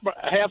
half